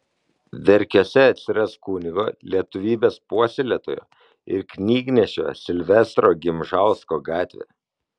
verkiuose atsiras kunigo lietuvybės puoselėtojo ir knygnešio silvestro gimžausko gatvė